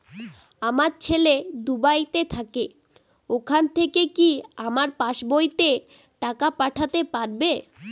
আমার ছেলে দুবাইতে থাকে ওখান থেকে কি আমার পাসবইতে টাকা পাঠাতে পারবে?